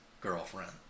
girlfriend